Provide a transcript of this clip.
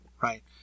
right